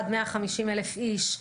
עד 150 אלף איש.